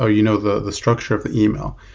ah you know the the structure of the email.